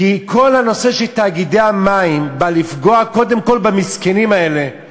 כי כל הנושא של תאגידי המים בא לפגוע קודם כול במסכנים האלה,